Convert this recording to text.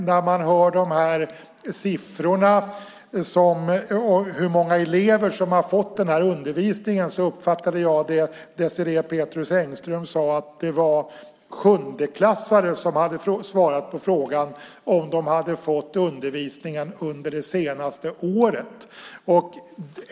När jag hör siffrorna om hur många elever som har fått den här undervisningen uppfattar jag det Désirée Pethrus Engström säger som att det var sjundeklassare som hade svarat på frågan om de hade fått undervisningen under det senaste året.